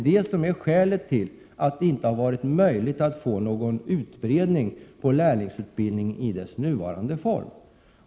Det är skälet till att det inte varit möjligt att få någon utbredning på lärlingsutbildningen, i dess nuvarande form.